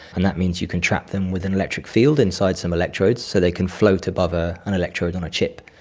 and that means you can trap them with an electric field inside some electrodes, so they can float above ah an electrode on a chip.